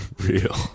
real